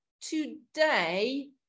today